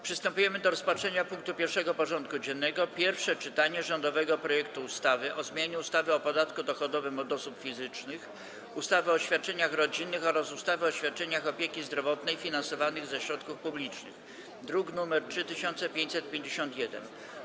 Przystępujemy do rozpatrzenia punktu 1. porządku dziennego: Pierwsze czytanie rządowego projektu ustawy o zmianie ustawy o podatku dochodowym od osób fizycznych, ustawy o świadczeniach rodzinnych oraz ustawy o świadczeniach opieki zdrowotnej finansowanych ze środków publicznych (druk nr 3551)